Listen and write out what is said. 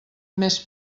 més